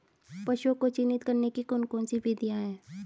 पशुओं को चिन्हित करने की कौन कौन सी विधियां हैं?